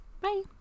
Bye